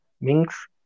Minks